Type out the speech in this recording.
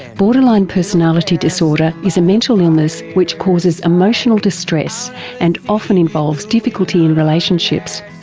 borderline personality disorder is a mental illness which causes emotional distress and often involves difficulty in relationships.